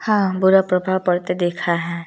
हाँ बुरा प्रभाव पड़ते देखा है